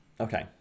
Okay